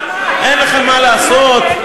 אין לכם מה לעשות?